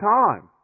time